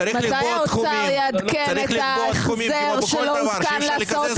מענקי איזון, כן אפשר.